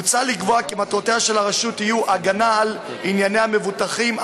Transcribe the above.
מוצע לקבוע כי מטרותיה של הרשות יהיו הגנה על ענייני המבוטחים,